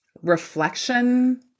reflection